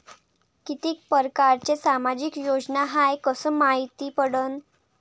कितीक परकारच्या सामाजिक योजना हाय कस मायती पडन?